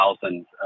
thousands